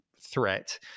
threat